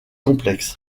complexes